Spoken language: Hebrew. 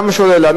כמה שעולה לה.